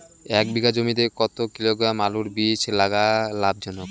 এক বিঘা জমিতে কতো কিলোগ্রাম আলুর বীজ লাগা লাভজনক?